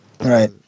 Right